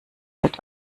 wird